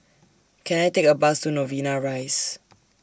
Can I Take A Bus to Novena Rise